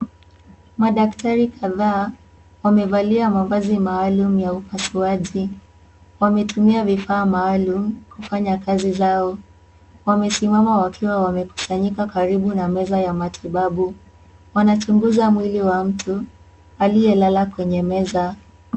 Madaktari kadhaa, wamevalia mavazi maalum ya upasuaji. Wametumia vifaa maalum kufanya kazi zao. Wamesimama wakiwa wamekusanyika katika karibu na meza ya matibabu. Wanaochunguza mwili wa mtu aliyelala kwenye meza.